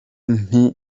nti